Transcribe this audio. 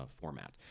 format